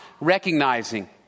recognizing